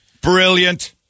Brilliant